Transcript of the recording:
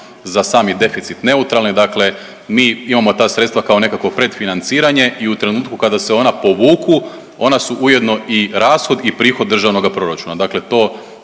za sami deficit neutralne. Dakle, mi imamo ta sredstva kao nekakvo predfinanciranje i u trenutku kada se ona povuku ona su ujedno i rashod i prihod državnoga proračuna. Dakle, to